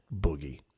boogie